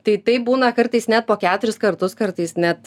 tai taip būna kartais net po keturis kartus kartais net